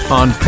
on